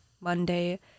Monday